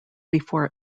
before